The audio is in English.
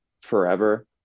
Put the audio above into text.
forever